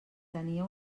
tenia